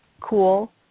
cool